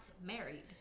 married